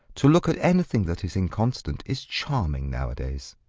to look at anything that is inconstant is charming nowadays.